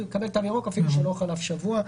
הוא יקבל תו ירוק אפילו שלא חלף שבוע.